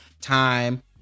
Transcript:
time